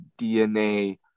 DNA